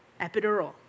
epidural